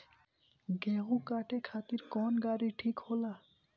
गेहूं काटे खातिर कौन गाड़ी ठीक होला?